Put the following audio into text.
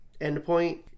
endpoint